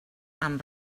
amb